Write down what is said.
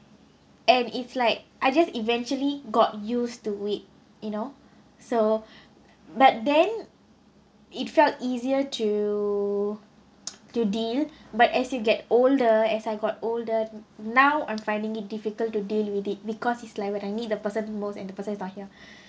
and it's like I just eventually got used to it you know so but then it felt easier to to deal but as you get older as I got older now I'm finding it difficult to deal with it because it's like when I need the person most and the person is not here